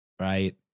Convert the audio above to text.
Right